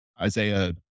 Isaiah